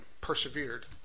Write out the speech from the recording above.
persevered